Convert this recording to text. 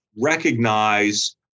recognize